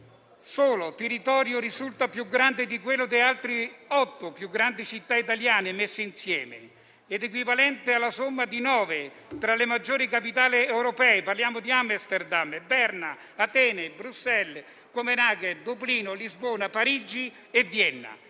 suo territorio da solo risulta più grande di quello delle altre otto più grandi città italiane messe insieme ed è equivalente alla somma di nove tra le maggiori capitali europee: parliamo di Amsterdam, Berna, Atene, Bruxelles, Copenaghen, Dublino, Lisbona, Parigi e Vienna.